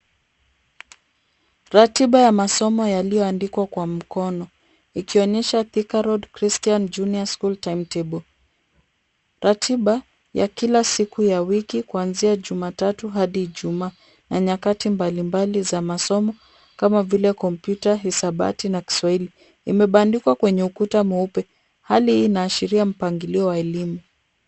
Ratiba ya masomo yaliyoandikwa kwa mkono, ikionyesha Thika road christian junior school timetable, ratiba ya kila siku ya wiki kuanzia jumatatu hadi juma na nyakati mbalimbali za masomo kama vile kompyuta hisabati na kiswahili, imebandikwa kwenye ukuta mweupe hali hii inaashiria mpangilio wa elimu.